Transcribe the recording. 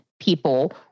people